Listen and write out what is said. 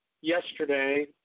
yesterday